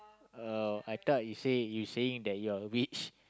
oh I thought you say you saying that you're a witch